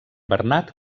bernat